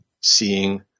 seeing